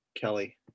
kelly